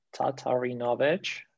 Tatarinovich